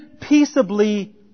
peaceably